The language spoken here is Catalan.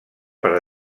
per